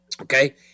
Okay